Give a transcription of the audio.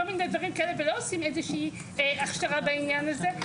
כל מיני דברים כאלה ולא עושים איזושהי הכשרה בעניין הזה,